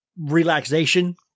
relaxation